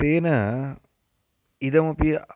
तेन इदमपि